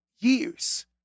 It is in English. years